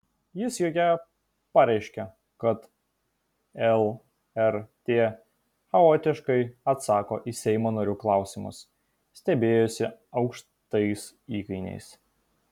jis joje pareiškė kad lrt chaotiškai atsako į seimo narių klausimus stebėjosi aukštais įkainiais